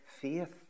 faith